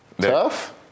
Tough